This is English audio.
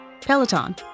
Peloton